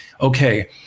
okay